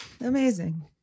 Amazing